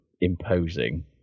imposing